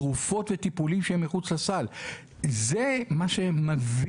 תרופות וטיפולים שהם מחוץ לסל.